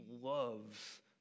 loves